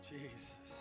Jesus